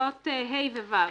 פסקאות (ה) ו-(ו)